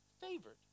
Favored